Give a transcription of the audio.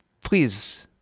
please